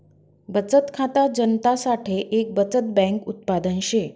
बचत खाता जनता साठे एक बचत बैंक उत्पादन शे